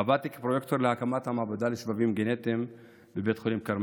עבדתי כפרויקטור להקמת המעבדה לשבבים גנטיים בבית חולים כרמל,